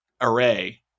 array